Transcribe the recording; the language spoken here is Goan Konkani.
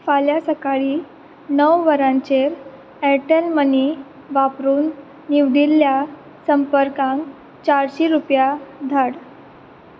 फाल्यां सकाळीं णव वरांचेर एअरटॅल मनी वापरून निवडिल्ल्या संपर्कांक चारशीं रुपया धाड